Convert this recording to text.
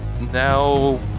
now